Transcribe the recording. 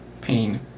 pain